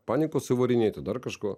panikos įvarinėti dar kažko